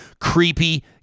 creepy